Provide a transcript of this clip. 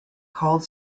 called